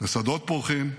לשדות פורחים,